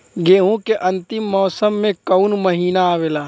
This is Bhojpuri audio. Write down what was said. गेहूँ के अंतिम मौसम में कऊन महिना आवेला?